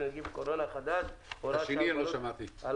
עם נגיף הקורונה החדש (הוראת שעה) (הגבלות על